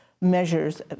measures